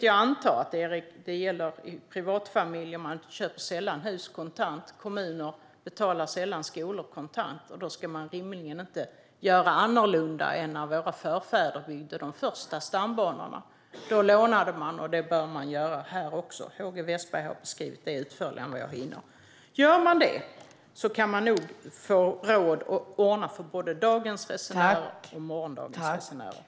Jag antar att det också gäller privatfamiljer och kommuner - man köper ju sällan hus kontant, och kommuner betalar sällan skolor kontant. Man ska rimligen inte göra annorlunda än när våra förfäder byggde de första stambanorna. Då lånade man, och det bör man göra här också. HG Wessberg har beskrivit det utförligare än vad jag hinner referera här. Om man gör på det sättet kan man nog få råd att ordna för både dagens och morgondagens resenärer.